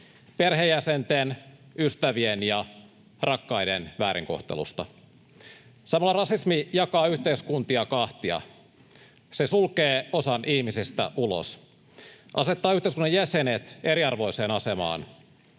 perheenjäsenten, ystävien ja rakkaiden väärinkohtelusta. Samalla rasismi jakaa yhteiskuntia kahtia. Se sulkee osan ihmisistä ulos, asettaa yhteiskunnan jäsenet eriarvoiseen asemaan.